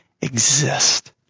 exist